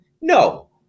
No